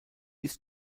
ist